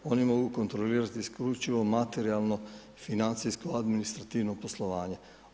Oni mogu kontrolirati isključivo materijalno, financijsko, administrativno poslovanje.